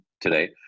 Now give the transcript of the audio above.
today